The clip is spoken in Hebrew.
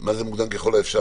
מה זה "מוקדם ככל האפשר"?